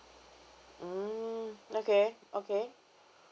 mm okay okay